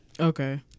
Okay